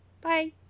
Bye